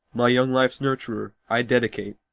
my young life's nurturer, i dedicate,